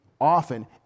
often